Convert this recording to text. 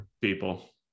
people